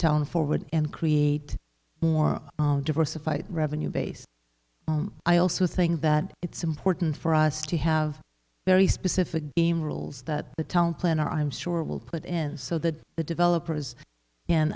talent forward and create more diversified revenue base i also think that it's important for us to have very specific game rules that the town planner i'm sure will put in so that the developers and